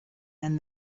and